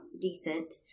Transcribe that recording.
decent